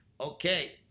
Okay